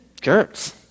jerks